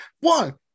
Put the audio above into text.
one